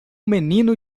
menino